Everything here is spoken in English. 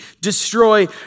destroy